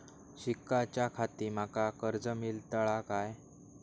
शिकाच्याखाती माका कर्ज मेलतळा काय?